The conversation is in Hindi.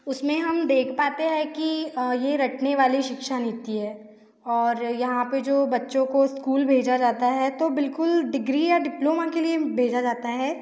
उस में हम देख पाते हैं कि ये रटने वाली शिक्षा नीति है और यहाँ पर जो बच्चों को स्कूल भेजा जाता है तो बिल्कुल डिग्री या डिप्लोमा के लिए भेजा जाता है